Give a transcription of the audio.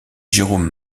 jérôme